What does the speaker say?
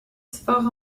fort